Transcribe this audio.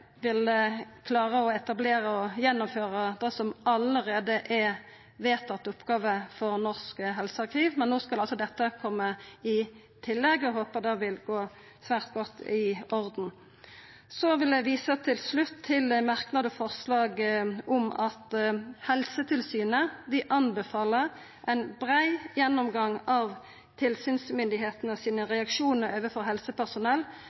vil gå svært godt i orden. Eg vil til slutt visa til forslag og merknad om at Helsetilsynet anbefaler ein brei gjennomgang av tilsynsmyndigheitene sine reaksjonar overfor helsepersonell,